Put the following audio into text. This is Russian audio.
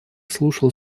слушал